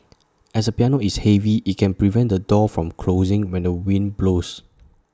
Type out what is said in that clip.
as A piano is heavy IT can prevent the door from closing when the wind blows